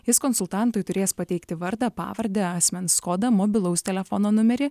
jis konsultantui turės pateikti vardą pavardę asmens kodą mobilaus telefono numerį